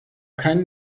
keinen